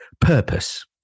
purpose